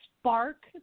spark